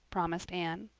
promised anne.